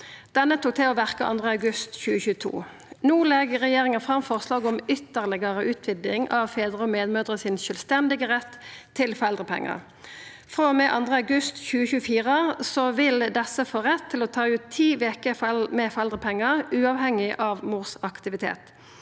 Denne tok til å verka 2. august 2022. No legg regjeringa fram forslag om ytterlegare utviding av fedrar og medmødrer sin sjølvstendige rett til foreldrepengar. Frå og med 2. august 2024 vil desse få rett til å ta ut ti veker med foreldrepengar, uavhengig av mors aktivitet.